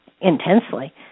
intensely